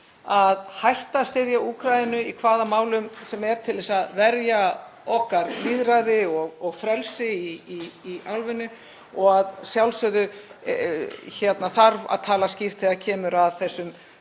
að hætta að styðja Úkraínu í hvaða málum sem er til að verja okkar lýðræði og frelsi í álfunni. Og að sjálfsögðu þarf að tala skýrt þegar kemur að þessari